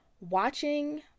watching